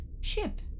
ship